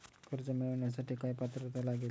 कर्ज मिळवण्यासाठी काय पात्रता लागेल?